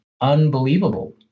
unbelievable